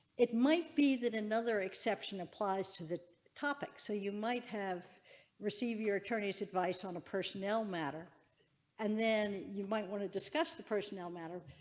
it might be that another exception applies to the topic. so you might have received your attorney's advice on a personnel matter and then you might want to discuss the personnel matter,